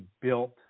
built